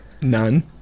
none